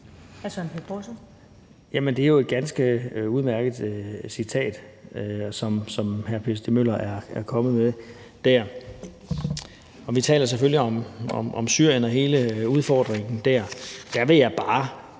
det er jo et ganske udmærket citat, som hr. Per Stig Møller er kommet med. Vi taler selvfølgelig om Syrien og hele udfordringen der. Der vil jeg bare